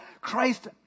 Christ